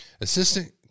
Assistant